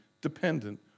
dependent